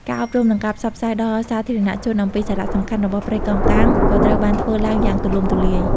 ការអប់រំ និងការផ្សព្វផ្សាយដល់សាធារណជនអំពីសារៈសំខាន់របស់ព្រៃកោងកាងក៏ត្រូវបានធ្វើឡើងយ៉ាងទូលំទូលាយ។